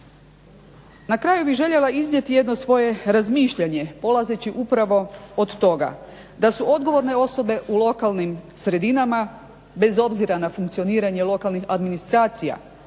Na kraju bih željela iznijeti jedno svoje razmišljanje polazeći upravo od toga da su odgovorne osobe u lokalnim sredinama bez obzira na funkcioniranje lokalnih administracija,